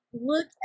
look